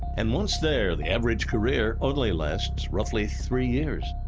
and once there, the average career only lasts roughly three years.